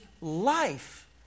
life